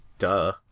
Duh